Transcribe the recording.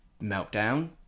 meltdown